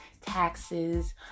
taxes